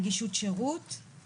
הנגשה זה דבר בסיסי.